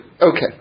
Okay